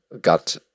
got